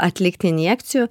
atlikt injekcijų